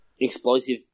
explosive